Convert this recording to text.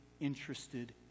interested